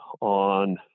on